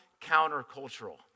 countercultural